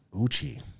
Uchi